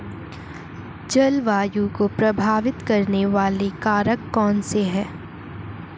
जलवायु को प्रभावित करने वाले कारक कौनसे हैं?